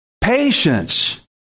Patience